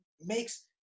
makes